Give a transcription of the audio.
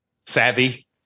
savvy